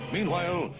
Meanwhile